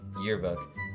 yearbook